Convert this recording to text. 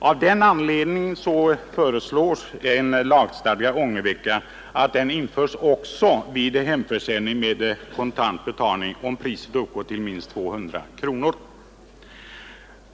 Av den anledningen föreslås att en lagstadgad ångervecka införs också vid hemförsäljning med kontant betalning, om priset uppgår till minst 200 kronor.